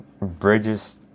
Bridges